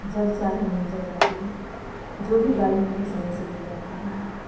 जब चाहे मिल जाए गाड़ी जो भी गाड़ी मिले समय से मिल जाती हैं